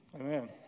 Amen